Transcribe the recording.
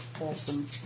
Awesome